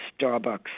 Starbucks